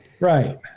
Right